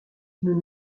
nous